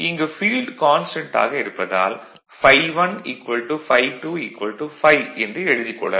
இங்கு field constant ஆக இருப்பதால் ∅1 ∅ 2 ∅ என்று எழுதிக் கொள்ளலாம்